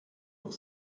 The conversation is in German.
auf